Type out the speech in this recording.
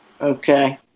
Okay